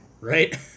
right